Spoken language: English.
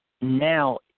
now